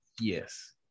Yes